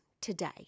today